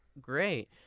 great